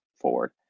forward